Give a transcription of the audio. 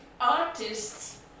artists